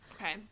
Okay